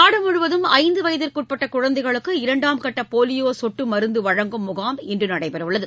நாடு முழுவதும் ஐந்து வயதிற்கு உட்பட்ட குழந்தைகளுக்கு இரண்டாம் கட்ட போலியோ சொட்டு மருந்து வழங்கும் முகாம் இன்று நடைபெறவுள்ளது